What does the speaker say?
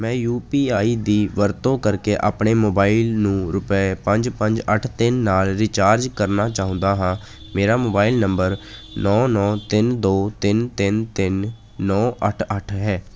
ਮੈਂ U P I ਦੀ ਵਰਤੋਂ ਕਰਕੇ ਆਪਣੇ ਮੋਬਾਈਲ ਨੂੰ ਰੁਪਏ ਪੰਜ ਪੰਜ ਅੱਠ ਤਿੰਨ ਨਾਲ ਰੀਚਾਰਜ ਕਰਨਾ ਚਾਹੁੰਦਾ ਹਾਂ ਮੇਰਾ ਮੋਬਾਈਲ ਨੰਬਰ ਨੌਂ ਨੌਂ ਤਿੰਨ ਦੋ ਤਿੰਨ ਤਿੰਨ ਤਿੰਨ ਨੌਂ ਅੱਠ ਅੱਠ ਹੈ